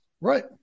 Right